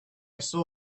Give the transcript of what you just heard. saw